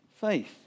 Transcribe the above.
faith